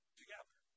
together